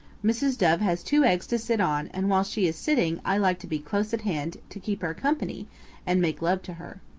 mrs. dove has two eggs to sit on and while she is siting i like to be close at hand to keep her company and make love to her.